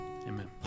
Amen